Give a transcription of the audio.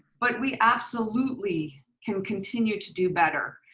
but we absolutely can continue to do better.